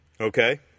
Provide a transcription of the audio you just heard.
Okay